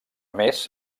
més